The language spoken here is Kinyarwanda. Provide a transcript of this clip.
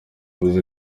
uzi